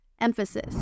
emphasis